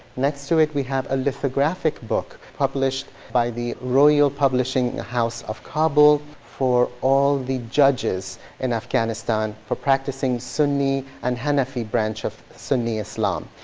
next to it we have a lithographic book published by the royal publishing house of kabul for all the judges in afghanistan for practicing sunni and hanafi branch of sunni islam.